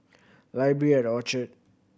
Library at Orchard